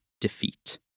defeat